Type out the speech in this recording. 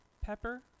pepper